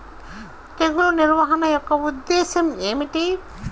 తెగులు నిర్వహణ యొక్క ఉద్దేశం ఏమిటి?